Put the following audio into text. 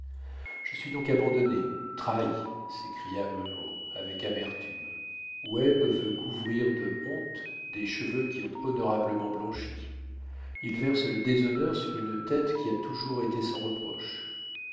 je suis donc abandonné trahi s'écria munro avec amertume webb veut couvrir de honte des cheveux qui ont honorablement blanchi il verse le déshonneur sur une tête qui a toujours été sans reproche